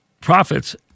profits